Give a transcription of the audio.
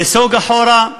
נסוג אחורה,